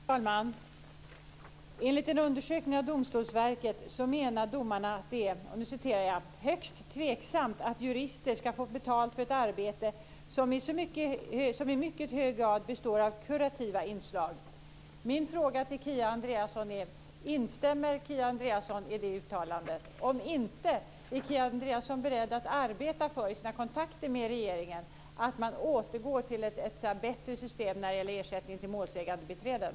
Fru talman! Enligt en undersökning av Domstolsverket menar domarna, och jag citerar: "Det är högst tveksamt att jurister ska få betalt för ett arbete som i mycket hög grad består av kurativa inslag." Min fråga till Kia Andreasson är: Instämmer Kia Andreasson i detta uttalande? Om inte, är Kia Andreasson beredd att i sina kontakter med regeringen arbeta för att man återgår till ett bättre system för ersättning till målsägandebiträden?